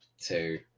two